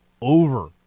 over